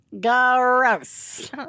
Gross